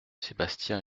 sébastien